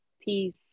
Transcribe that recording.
peace